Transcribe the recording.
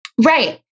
Right